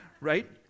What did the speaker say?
right